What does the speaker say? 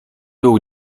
był